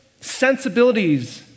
sensibilities